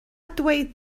dweud